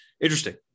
interesting